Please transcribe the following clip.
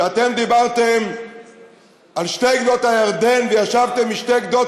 כשאתם דיברתם על שתי גדות הירדן וישבתם משתי גדות